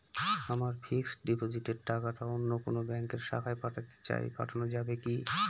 আমার ফিক্সট ডিপোজিটের টাকাটা অন্য কোন ব্যঙ্কের শাখায় পাঠাতে চাই পাঠানো যাবে কি?